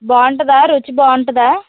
బాగుంటుందా రుచి బాగుంటుందా